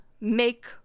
make